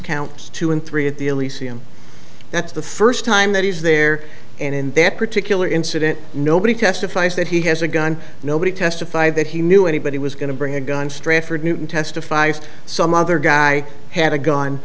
count two and three at the elysee and that's the first time that he's there and in that particular incident nobody testifies that he has a gun nobody testified that he knew anybody was going to bring a gun strafford newton testified some other guy had a gun